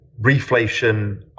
reflation